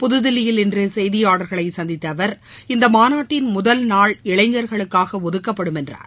புதுதில்லியில் இன்று செய்தியாளர்களை சந்தித்த அவர் இந்த மாநாட்டின் முதல் நாள் இளைஞர்களுக்காக ஒகுக்கப்படும் என்றார்